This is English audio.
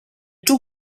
two